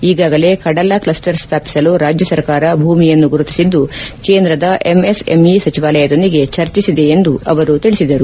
ಈಗಾಗಲೇ ಕಡಲ ಕ್ಲಸ್ವರ್ ಸ್ಮಾಪಿಸಲು ರಾಜ್ಯ ಸರ್ಕಾರ ಭೂಮಿಯನ್ನು ಗುರುತಿಸಿದ್ದು ಕೇಂದ್ರದ ಎಂಎಸ್ಎಂಇ ಸಚಿವಾಲಯದೊಂದಿಗೆ ಚರ್ಚಿಸಿದೆ ಎಂದು ಅವರು ತಿಳಿಸಿದರು